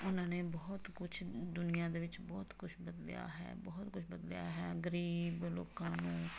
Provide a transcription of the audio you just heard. ਉਹਨਾਂ ਨੇ ਬਹੁਤ ਕੁਛ ਦੁਨੀਆ ਦੇ ਵਿੱਚ ਬਹੁਤ ਕੁਛ ਬਦਲਿਆ ਹੈ ਬਹੁਤ ਕੁਛ ਬਦਲਿਆ ਹੈ ਗਰੀਬ ਲੋਕਾਂ ਨੂੰ